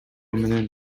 менен